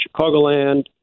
Chicagoland